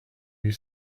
you